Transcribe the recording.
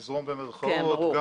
'לזרום' במרכאות,